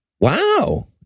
Wow